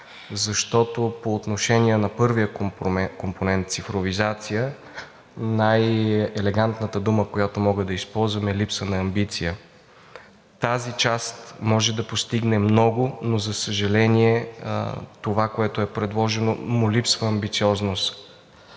защото по отношение на първия компонент „Цифровизация“ най-елегантната дума, която мога да използвам, е липса на амбиция. Тази част може да постигне много, но за съжаление, на това, което е предложено, му липсва амбициозност.